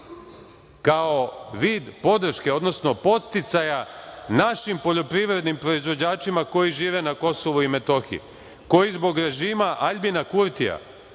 kao vid podrške, odnosno podsticaja našim poljoprivrednim proizvođačima koji žive na Kosovu i Metohiji, koji zbog režima Aljbina Kurtija